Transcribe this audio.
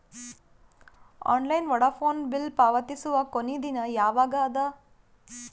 Online Vodafone bill ಪಾವತಿಸುವ ಕೊನಿ ದಿನ ಯವಾಗ ಅದ?